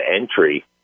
entry